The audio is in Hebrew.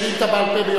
יש שאילתא בעל-פה.